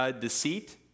Deceit